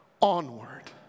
onward